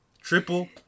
triple